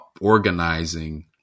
organizing